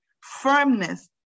firmness